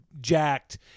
jacked